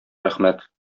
рәхмәт